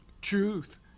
truth